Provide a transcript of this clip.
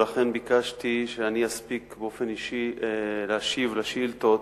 ולכן ביקשתי שאוכל להספיק להשיב באופן אישי על השאילתות,